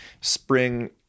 spring